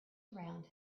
around